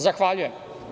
Zahvaljujem.